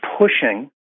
pushing